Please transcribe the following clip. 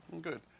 Good